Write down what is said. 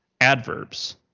adverbs